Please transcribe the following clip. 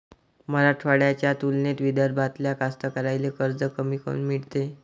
मराठवाड्याच्या तुलनेत विदर्भातल्या कास्तकाराइले कर्ज कमी काऊन मिळते?